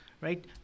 right